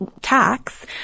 tax